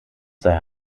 sei